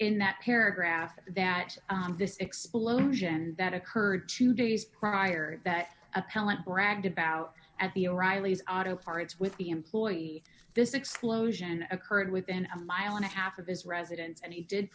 in that paragraph that this explosion that occurred two days prior that appellant bragged about at the o'reilly's auto parts with the employee this explosion occurred within a mile and a half of his residence and he did